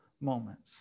moments